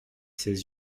ses